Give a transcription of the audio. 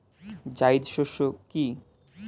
জায়িদ শস্য কি?